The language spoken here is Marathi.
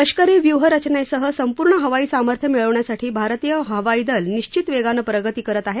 लष्करी व्यूहरचेनसह संपूर्ण हवाई सामर्थ्य मिळवण्यासाठी भारतीय हवाई दल निश्चित वेगानं प्रगती करत आहे